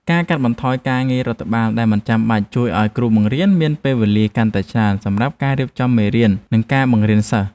ការកាត់បន្ថយការងាររដ្ឋបាលដែលមិនចាំបាច់ជួយឱ្យគ្រូបង្រៀនមានពេលវេលាកាន់តែច្រើនសម្រាប់រៀបចំមេរៀននិងការបង្រៀនសិស្ស។